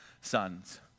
sons